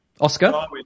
Oscar